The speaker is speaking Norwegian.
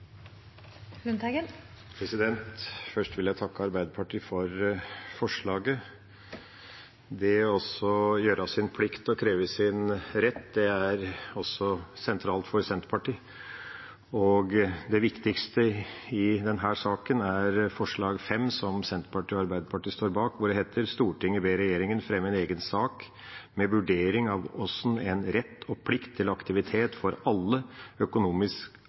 det. Først vil jeg takke Arbeiderpartiet for forslaget. Det å gjøre sin plikt og kreve sin rett er også sentralt for Senterpartiet, og det viktigste i denne saken er forslag nr. 5, som Senterpartiet og Arbeiderpartiet står bak, hvor det heter: «Stortinget ber regjeringen fremme en egen sak med vurdering av hvordan en rett og plikt til aktivitet for alle